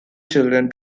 children